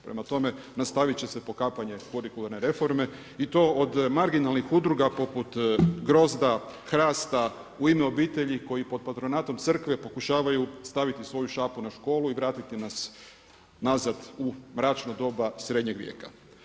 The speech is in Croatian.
Prema tome, nastavit će se pokapanje kurikuralne reforme i to od marginalnih udruga poput „Grozd-a“, „HRAST-a“, „U ime obitelji“ koji pod patronatom Crkve pokušavaju staviti svoju šapu na školu i vratiti nas nazad u mračno doba Srednjeg vijeka.